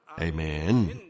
Amen